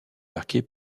marquée